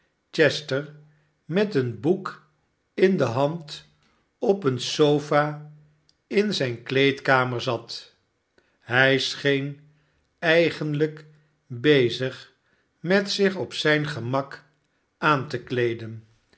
chester met een boek in de hand op eene sofa in zijne kleedkarner zat hij scheen eigenlijk bezig met zich op zijn gemak aan te kleeden